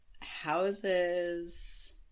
houses